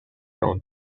tone